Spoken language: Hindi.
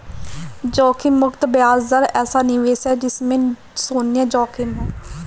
जोखिम मुक्त ब्याज दर ऐसा निवेश है जिसमें शुन्य जोखिम है